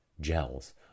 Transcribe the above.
gels